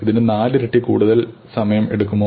ഇതിന് നാലിരട്ടി കൂടുതൽ സമയം എടുക്കുമോ